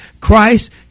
Christ